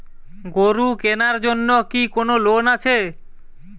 গরু কেনার জন্য কি কোন লোন আছে?